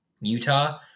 Utah